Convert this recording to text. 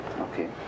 Okay